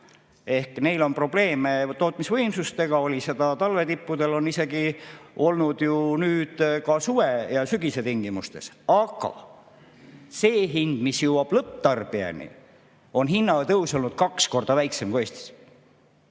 ehk neil on probleeme tootmisvõimsustega, oli seda talve tippudel, on isegi olnud ju nüüd suve ja sügise tingimustes. Aga see hind, mis jõuab lõpptarbijani – hinnatõus on olnud kaks korda väiksem kui Eestis.